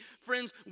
Friends